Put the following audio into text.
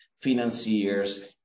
financiers